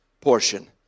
portion